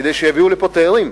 כדי שיביאו לפה תיירים,